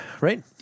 Right